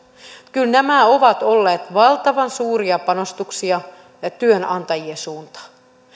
kyllä nämä ovat olleet valtavan suuria panostuksia työnantajien suuntaan